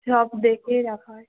সব দেখেই রাখা হয়